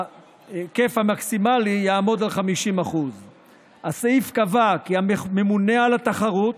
ההיקף המקסימלי יעמוד על 50%. הסעיף קבע כי הממונה על התחרות,